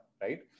right